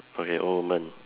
okay old woman